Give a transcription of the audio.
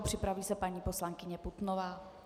Připraví se paní poslankyně Putnová.